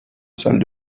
salle